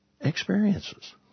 experiences